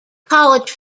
college